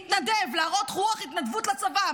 להתנדב, להראות רוח התנדבות לצבא.